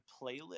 playlist